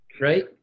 right